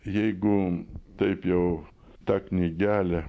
jeigu taip jau tą knygelę